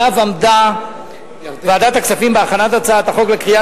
שעליו עמדה ועדת הכספים בהכנת הצעת החוק לקריאה